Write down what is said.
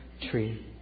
tree